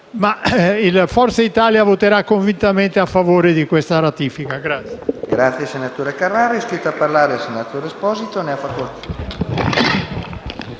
Forza Italia voterà convintamente a favore di questa ratifica.